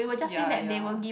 ya ya